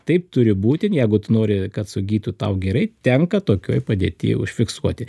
taip turi būti jeigu tu nori kad sugytų tau gerai tenka tokioj padėty užfiksuoti